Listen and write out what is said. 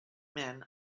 men